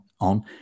on